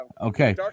Okay